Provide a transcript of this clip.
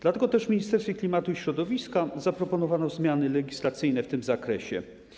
Dlatego też w Ministerstwie Klimatu i Środowiska zaproponowano zmiany legislacyjne w tym zakresie.